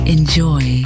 Enjoy